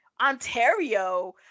Ontario